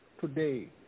today